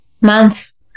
months